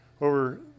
over